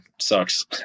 sucks